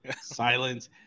Silence